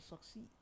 succeed